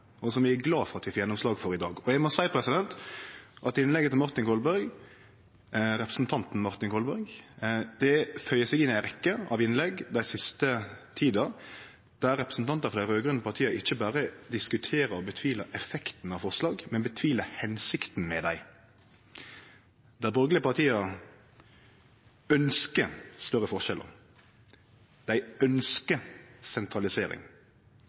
og som vi er glade for at vi får gjennomslag for i dag. Eg må seie at innlegget til representanten Martin Kolberg føyer seg inn i ei rekkje av innlegg den siste tida der representantar for dei raud-grøne partia ikkje berre diskuterer og trekkjer i tvil effekten av forslag, men trekkjer i tvil hensikta med dei: Dei borgarlege partia ønskjer større forskjellar, dei ønskjer sentralisering,